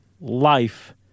life